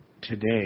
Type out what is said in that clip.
today